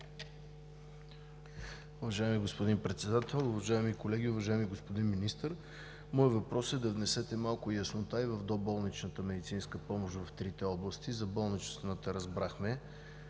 Уважаеми господин Председател, уважаеми колеги! Уважаеми господин Министър, моят въпрос е да внесете малко яснота и в доболничната медицинска помощ в трите области. За болничната разбрахме